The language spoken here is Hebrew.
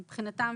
מבחינתם